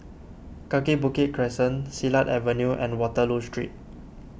Kaki Bukit Crescent Silat Avenue and Waterloo Street